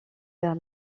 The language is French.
vers